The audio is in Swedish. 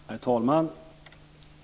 Herr talman!